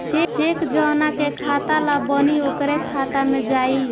check जौना के खाता ला बनी ओकरे खाता मे जाई